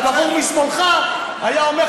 והבחור משמאלך היה אומר,